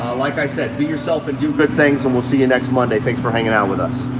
like i said, be yourself and do good things and we'll see you next monday. thanks for hanging out with us.